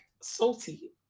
salty